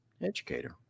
Educator